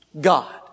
God